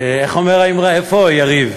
איך אומרת האמרה, איפה יריב?